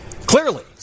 Clearly